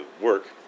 work